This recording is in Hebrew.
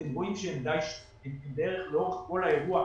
אתם רואים שלאורך כל האירוע,